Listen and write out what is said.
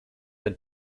del